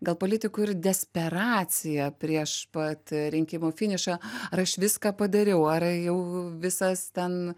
gal politikų ir desperacija prieš pat rinkimų finišą ar aš viską padariau ar jau visas ten